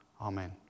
amen